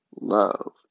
love